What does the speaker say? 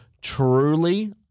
truly